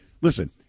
Listen